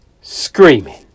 screaming